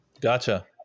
Gotcha